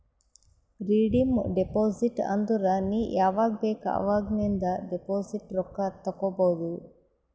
redeem deposit ಅಂದುರ್ ನೀ ಯಾವಾಗ್ ಬೇಕ್ ಅವಾಗ್ ನಿಂದ್ ಡೆಪೋಸಿಟ್ ರೊಕ್ಕಾ ತೇಕೊಬೋದು